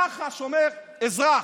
מח"ש אומר: אזרח.